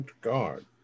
guard